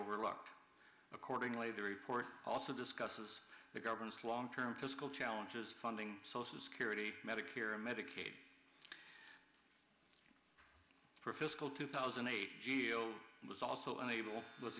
overlooked accordingly the report also discusses the government's long term fiscal challenges funding social security medicare and medicaid for fiscal two thousand and eight geale was also unable was